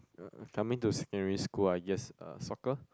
coming to secondary school I guess uh soccer